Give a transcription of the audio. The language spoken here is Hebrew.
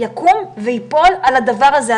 יקום או ייפול על הדבר הזה,